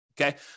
okay